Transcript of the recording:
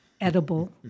edible